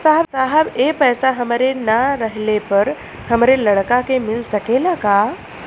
साहब ए पैसा हमरे ना रहले पर हमरे लड़का के मिल सकेला का?